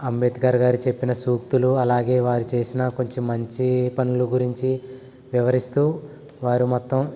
అంబేద్కర్ గారు చెప్పిన సూక్తులు అలాగే వారి చేసినా కొంచెం మంచి పనుల గురించి వివరిస్తు వారు మొత్తం